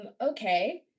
okay